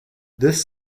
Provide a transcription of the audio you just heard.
this